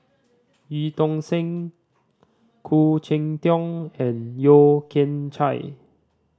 Eu Tong Sen Khoo Cheng Tiong and Yeo Kian Chai